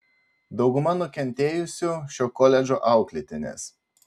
dauguma nukentėjusių šio koledžo auklėtinės